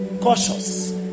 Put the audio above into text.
cautious